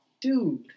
dude